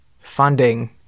funding